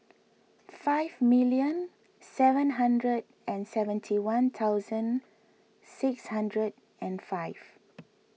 five million seven hundred and seventy one thousand six hundred and five